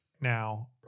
Now